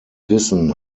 wissen